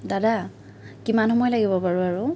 দাদা কিমান সময় লাগিব বাৰু আৰু